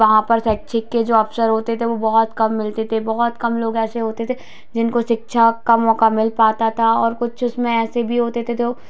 वहाँ पर शिक्षित के जो अवसर होते थे वो बहुत कम मिलते थे बहुत कम लोग ऐसे होते थे जिनको शिक्षा का मौका मिल पाता था और कुछ उसमें ऐसे भी होते थे जो